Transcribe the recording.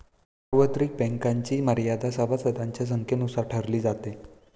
सार्वत्रिक बँक्सची मर्यादा सभासदांच्या संख्येनुसार ठरवली जाते